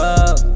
up